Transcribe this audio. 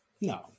no